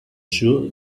sure